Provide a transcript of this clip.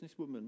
businesswoman